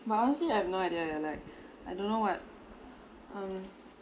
but honestly I have no idea ya like I don't know what um